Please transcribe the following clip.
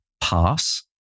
pass